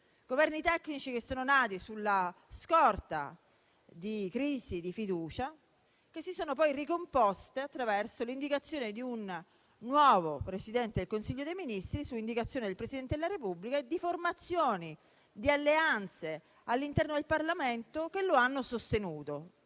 Governi tecnici, che sono nati sulla scorta di crisi di fiducia che si sono poi ricomposte attraverso l'indicazione di un nuovo Presidente del Consiglio dei ministri, su indicazione del Presidente della Repubblica, e di formazioni di alleanze all'interno del Parlamento che lo hanno sostenuto.